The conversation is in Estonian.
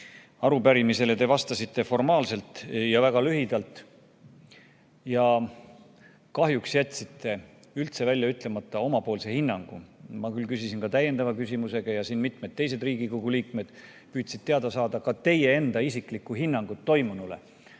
arupärimisele formaalselt ja väga lühidalt. Kahjuks jätsite üldse välja ütlemata omapoolse hinnangu. Ma küll küsisin täiendava küsimuse ja mitmed teised Riigikogu liikmed püüdsid teada saada teie isiklikku hinnangut toimunule,